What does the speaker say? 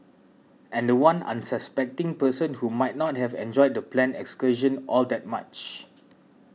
and the one unsuspecting person who might not have enjoyed the planned excursion all that much